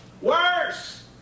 worse